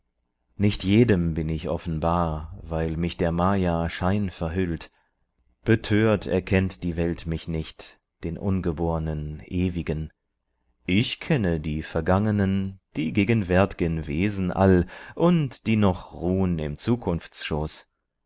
nicht jedem bin ich offenbar weil mich der my schein verhüllt betört erkennt die welt mich nicht den ungebornen ewigen ich kenne die vergangenen die gegenwärt'gen wesen all und die noch ruhn im